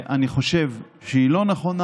אני חושב שהיא לא נכונה.